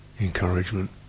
encouragement